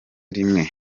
rimwe